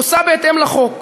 עושה בהתאם לחוק.